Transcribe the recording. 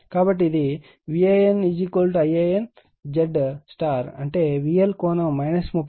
కాబట్టి ఇది VAN Ia ZY అంటే VL 3003 VP 3003